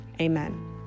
Amen